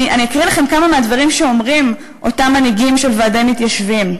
אני אקריא לכם כמה מהדברים שאומרים אותם מנהיגים של ועדי מתיישבים.